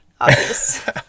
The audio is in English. obvious